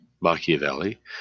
Machiavelli